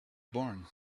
born